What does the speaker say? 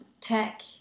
tech